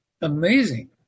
amazing